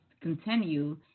continue